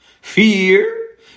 Fear